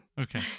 okay